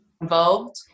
involved